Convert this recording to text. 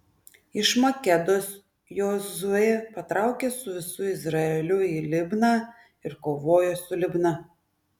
iš makedos jozuė patraukė su visu izraeliu į libną ir kovojo su libna